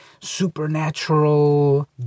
supernatural